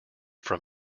from